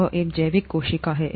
यह एक जैविक कोशिका है